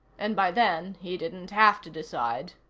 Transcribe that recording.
and by then he didn't have to decide.